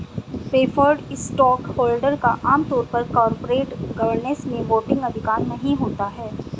preferred stockholder का आम तौर पर कॉरपोरेट गवर्नेंस में वोटिंग अधिकार नहीं होता है